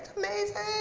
amazing!